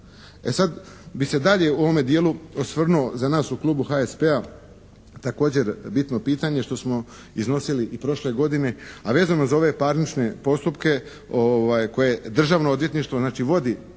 E sad bi se dalje u ovome dijelu osvrnuo za nas u klubu HSP-a također bitno pitanje što smo iznosili i prošle godine, a vezano za ove parnične postupke koje Državno odvjetništvo znači